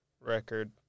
record